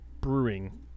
brewing